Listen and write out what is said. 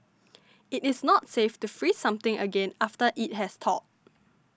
it is not safe to freeze something again after it has thawed